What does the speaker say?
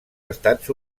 estats